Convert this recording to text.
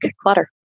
Clutter